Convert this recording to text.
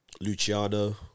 Luciano